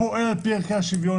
פועל על פי ערכי השוויון.